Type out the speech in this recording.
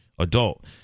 Adult